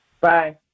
Bye